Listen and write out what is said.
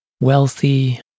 wealthy